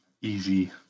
easy